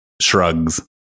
shrugs